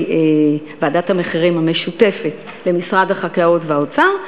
ועדת המחירים המשותפת למשרד החקלאות והאוצר,